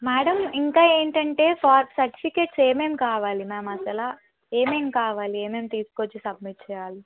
madam ఇంకా ఏంటంటే ఫా సర్టిఫికేట్స్ ఏమేమి కావాలి మామ్ అసలు ఏమేమి కావాలి ఏమేం తీసుకు వచ్చి సబ్మిట్ చెయ్యాలి